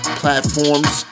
platforms